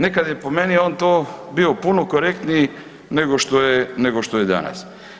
Nekad je po meni on to bio puno korektniji nego što je danas.